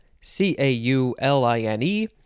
C-A-U-L-I-N-E